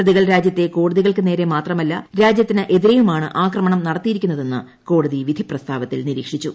പ്രതികൾ രാജ്യത്തെ കോടതികൾക്ക് നേരെ മാത്രമല്ല രാജ്യത്തിനെതിരെയുമാണ് ആക്രമണം നടത്തിയിരിക്കുന്നതെന്ന് കോടതി വിധി പ്രസ്താവത്തിൽ നിരീക്ഷിച്ചു